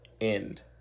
End